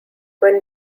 when